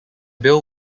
bill